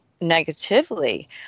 negatively